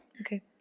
Okay